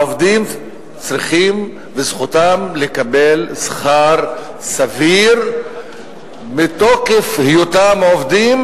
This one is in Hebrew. העובדים צריכים וזכותם לקבל שכר סביר מתוקף היותם עובדים,